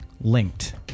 linked